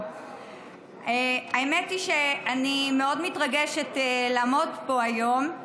האמת היא שאני מאוד מתרגשת לעמוד פה היום,